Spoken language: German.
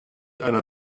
einer